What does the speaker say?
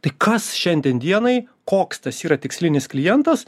tai kas šiandien dienai koks tas yra tikslinis klientas